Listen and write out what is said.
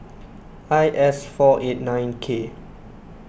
I S four eight nine K